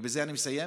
ובזה אני מסיים,